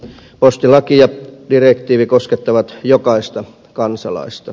postilaki ja direktiivi koskettavat jokaista kansalaista